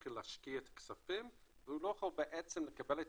להתחיל להשקיע את הכספים והוא לא יכול לקבל את